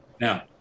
Now